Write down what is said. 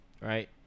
Right